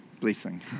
Blessing